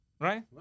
right